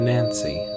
Nancy